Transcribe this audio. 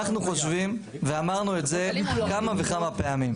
אנחנו חושבים, ואמרנו את זה כמה וכמה פעמים.